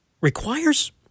requires